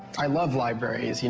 i love libraries,